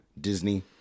Disney+